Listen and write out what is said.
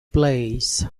plays